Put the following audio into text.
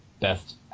best